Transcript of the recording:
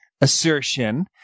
assertion